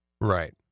Right